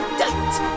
date